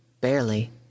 Barely